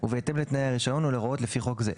ובהתאם לתנאי הרישיון ולהוראות לפי חוק זה.